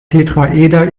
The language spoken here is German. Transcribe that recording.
tetraeder